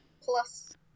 plus